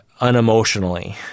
unemotionally